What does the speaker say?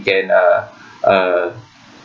we can uh